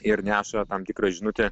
ir neša tam tikrą žinutę